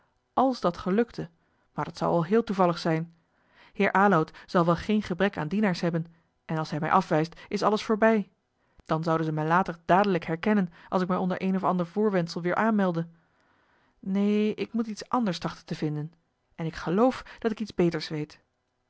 àls dat gelukte maar dat zou al heel toevallig zijn heer aloud zal wel geen gebrek aan dienaars hebben en als hij mij afwijst is alles voorbij dan zouden zij mij later dadelijk herkennen als ik mij onder een of ander voorwendsel weer aanmeldde neen ik moet iets anders trachten te vinden en ik geloof dat ik iets beters weet